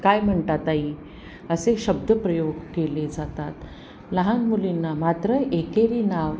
काय म्हणता ताई असे शब्द प्रयोग केले जातात लहान मुलींना मात्र एकेरी नाव